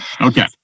Okay